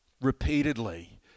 Repeatedly